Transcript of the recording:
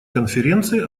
конференции